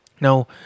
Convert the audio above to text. Now